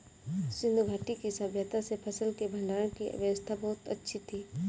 सिंधु घाटी की सभय्ता में फसल के भंडारण की व्यवस्था बहुत अच्छी थी